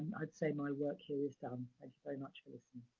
i'd say my work here is done. thank you very much for listening.